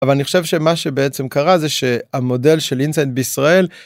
אבל אני חושב שמה שבעצם קרה זה שהמודל של אינסייט בישראל.